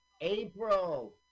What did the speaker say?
April